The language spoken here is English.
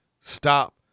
stop